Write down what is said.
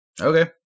Okay